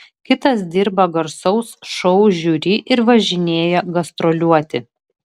kitas dirba garsaus šou žiuri ir važinėja gastroliuoti